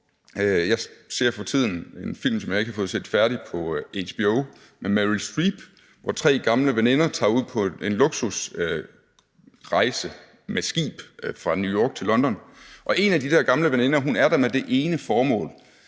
Jeg ser for tiden en film – jeg har ikke fået set den færdig – på HBO med Meryl Streep, hvor tre gamle veninder tager ud på en luksusrejse med skib fra New York til London, og en af de der gamle veninder er der med et eneste formål,